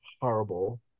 horrible